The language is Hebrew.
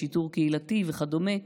בשיטור קהילתי וכדומה,